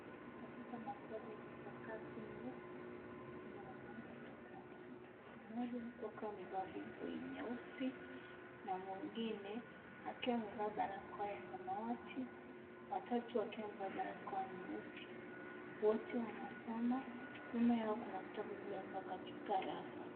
Katika maktaba yenye sakafu nyeupe, kuna wanawake watatu. Mmoja huku amevaa buibui nyeusi na mwingine akiwa amevaa barakoa ya samawati wa tatu wakiwa wamevaa barakoa nyeusi, wote wanasoma. Nyuma yao kuna vitabu vilivyowekwa katika rafu.